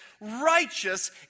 righteous